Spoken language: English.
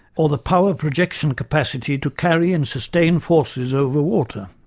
or the power-projection capacity to carry and sustain forces over water.